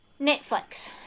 netflix